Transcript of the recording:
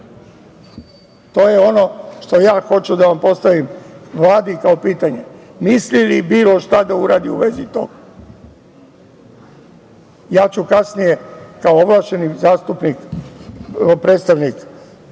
je ono što ja hoću da vam postavim Vladi kao pitanje. Misli li bilo šta da uradi u vezi toga? Ja ću kasnije kao ovlašćeni predstavnik